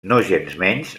nogensmenys